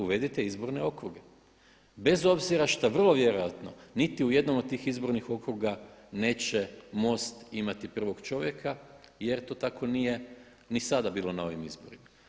Uvedite izborne okruge bez obzira šta vrlo vjerojatno niti u jednom od tih izbornih okruga neće MOST imati prvog čovjeka jer to tako nije ni sada bilo na ovim izborima.